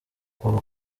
ubu